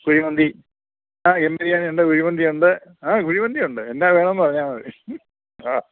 കുഴിമന്തി ആ എം ബിരിയാണിയുണ്ട് കുഴിമന്തിയുണ്ട് ആ കുഴിമന്തിയുണ്ട് എന്നാ വേണം എന്ന് പറഞ്ഞാൽ മതി ആ